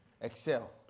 excel